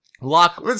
Lock